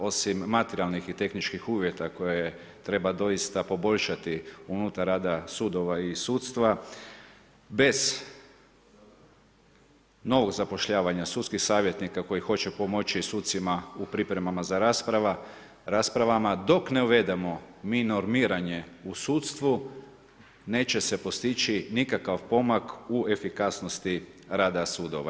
Osim materijalnih i tehničkih uvjeta koje treba doista poboljšati unutar rada sudova i sudstva, bez novog zapošljavanja sudskih savjetnika koji hoće pomoći sucima u pripremama za raspravama dok ne uvedemo mi normiranje u sudstvu neće se postići nikakav pomak u efikasnosti rada sudova.